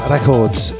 Records